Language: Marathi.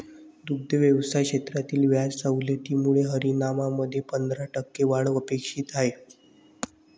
दुग्ध व्यवसाय क्षेत्रातील व्याज सवलतीमुळे हरियाणामध्ये पंधरा टक्के वाढ अपेक्षित आहे